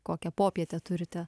kokią popietę turite